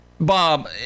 Bob